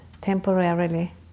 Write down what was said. temporarily